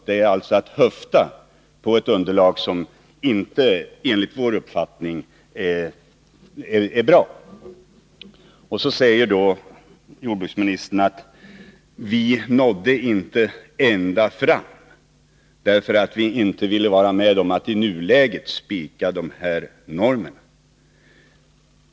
Det är alltså att höfta på ett underlag som enligt vår mening inte är bra. Jordbruksministern säger i det sammanhanget att vi nådde inte ända fram, därför att vi inte ville vara med om att i nuläget spika de här normerna.